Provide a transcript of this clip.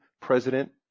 President